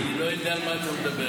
אני לא יודע על מה אתה מדבר.